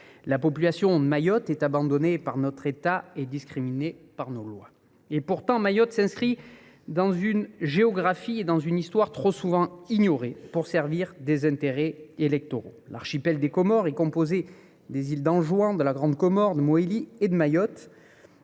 La population de Mayotte est abandonnée par notre État et discriminée par nos lois. Et pourtant, Mayotte s’inscrit dans une géographie et dans une histoire trop souvent ignorées pour servir des intérêts électoraux. Ainsi, l’archipel des Comores est composé des îles d’Anjouan, de la Grande Comore, de Mohéli et de Mayotte.